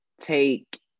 take